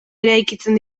eraikitzen